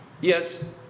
Yes